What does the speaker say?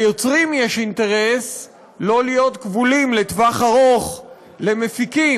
ליוצרים יש אינטרס שלא להיות כבולים לטווח ארוך למפיקים,